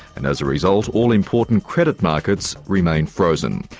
and as a result, all-important credit markets remain frozen.